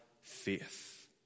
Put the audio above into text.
faith